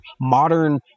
modern